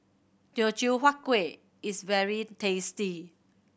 Teochew Huat Kuih is very tasty